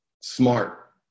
SMART